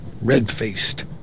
red-faced